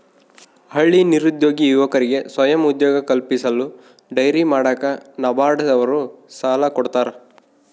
ಹಳ್ಳಿ ನಿರುದ್ಯೋಗಿ ಯುವಕರಿಗೆ ಸ್ವಯಂ ಉದ್ಯೋಗ ಕಲ್ಪಿಸಲು ಡೈರಿ ಮಾಡಾಕ ನಬಾರ್ಡ ನವರು ಸಾಲ ಕೊಡ್ತಾರ